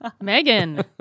Megan